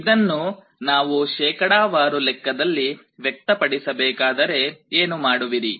ಇದನ್ನು ನಾವು ಶೇಕಡಾವಾರು ಲೆಕ್ಕದಲ್ಲಿ ವ್ಯಕ್ತಪಡಿಸಬೇಕಾದರೆ ಏನು ಮಾಡುವಿರಿ